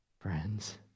friends